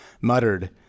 muttered